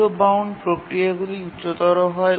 IO bound প্রক্রিয়াগুলি উচ্চতর হয়